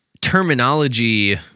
terminology